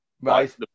Right